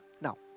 Now